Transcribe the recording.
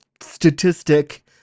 statistic